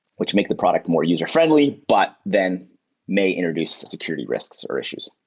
which make the product more user-friendly, but then may introduce security risks or issues.